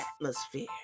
atmosphere